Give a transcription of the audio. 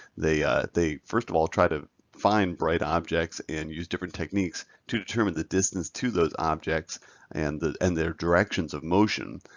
they ah they first of all try to find bright objects and use different techniques to determine the distance to those objects and and their directions of motion.